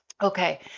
Okay